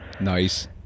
Nice